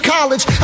College